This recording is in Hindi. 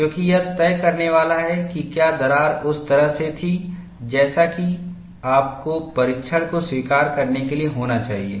क्योंकि यह तय करने वाला है कि क्या दरार उस तरह से थी जैसा कि आपको परीक्षण को स्वीकार करने के लिए होना चाहिए